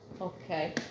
Okay